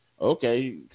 okay